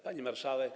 Pani Marszałek!